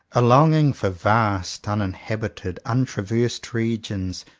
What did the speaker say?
a longing for vast, uninhabited, untraversed regions,